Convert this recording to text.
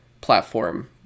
platform